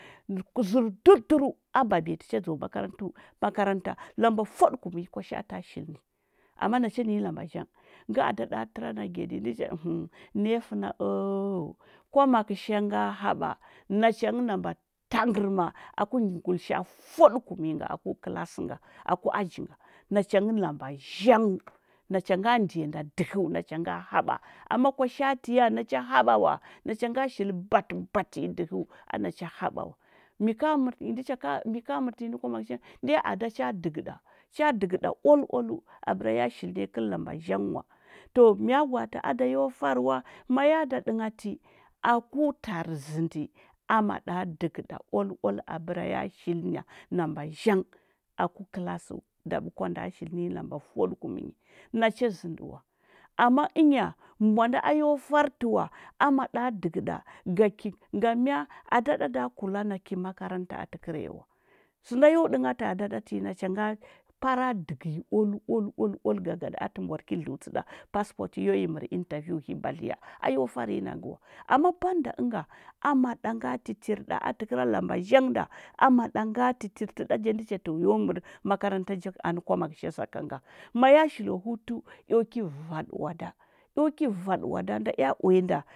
Zɚr durduru a mbabiya tɚ cha dzo makarantu makaranta lamba fwaɗɚkumnyi kwashata shili ni ama nacha ninyi lamba zang ngɚ ada ɗa tɚra na gyaɗindɚ cha ɚhɚng nayasɚna’ao kwamaksha nga haɓa na changɚ lamba tangɚrma aku ngulisha’a fwaɗɚ kumnyi nga aku kɚlasɚ nga, aku aji nga nacha ngɚ lamba zhang nacha ngɚ nachan da dɚhɚunacha nga haɓa ama kwashatu ya nacha haɓa wa nachanga shili batɚ batɚ nyi dɚhɚu a nacha haɓa wa mika mika mɚrtinyi nɚ kwamaksha ndiya ada cha dɚgɚɗa cha dɚgɚɗa ual ualɚu abɚra ya ya shili nanyi kɚl lamba zhang ngwa to mya gwa’ati ado yo fari wa? Ma ya da ɗɚnghati, aku tarɚ zɚndi amaɗa dɚgɚɗa ual ual abɚra ya shili na lamba zhang aku kɚlasɚy da ba kwanda shiti ninyi lamba fwaɗɚkumnyi nacha zɚndi wa. Ama ɚnya, mbwa nda a yo fari tɚwa ama ɗa dɚgɚɗa ga ngam mya ada ɗa da kula na ki makaranta atɚ kɚra ya wa sɚnda yo ɗanghatɚ ɗati nachanga para dɚgɚnyi el el el el gagada atɚ mbwar ki dlɚutsiɗa passport ya yi ɚrɚ intaviwo hi badliy a yo fari nyi na ngɚwa ama banda ɚugai ama ɗa nga titir ɗa atɚ kɚra lamba zhang nda ama ɗa nga titir tɚɗa ja ndɚ cha to yo mɚrɚ makaranta ja anɚ kwamaksha sakanga maya shilo hutu eo ki vad oada, eo ki vaɗɚ oada nda ea uiya.